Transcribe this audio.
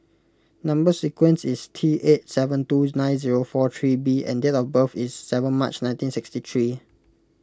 Number Sequence is T eight seven two nine zero four three B and date of birth is seven March nineteen sixty three